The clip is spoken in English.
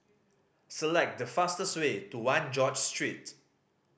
select the fastest way to One George Street